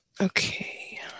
Okay